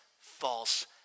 false